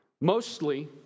Mostly